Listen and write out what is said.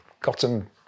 gotten